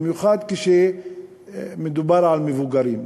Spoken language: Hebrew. במיוחד כשמדובר על מבוגרים.